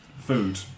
food